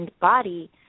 body